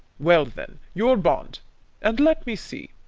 well then, your bond and, let me see.